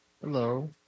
Hello